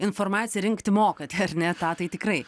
informaciją rinkti mokat ar ne tą tai tikrai